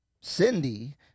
Cindy